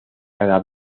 cada